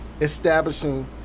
establishing